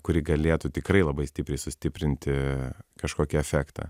kuri galėtų tikrai labai stipriai sustiprinti kažkokį efektą